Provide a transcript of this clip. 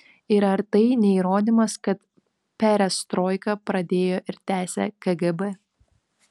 ir ar tai ne įrodymas kad perestroiką pradėjo ir tęsia kgb